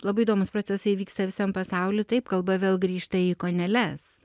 labai įdomūs procesai vyksta visam pasauly taip kalba vėl grįžta į ikonėles